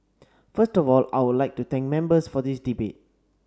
first of all I would like to thank Members for this debate